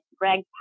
Greg